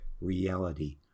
reality